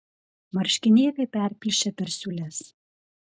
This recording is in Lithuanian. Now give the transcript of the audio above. marškinėliai perplyšę per siūles